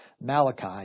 Malachi